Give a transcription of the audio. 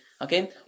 Okay